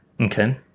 Okay